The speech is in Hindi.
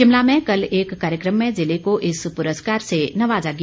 शिमला में कल एक कार्यक्रम में जिले को इस पुरस्कार से नवाजा गया